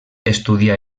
estudià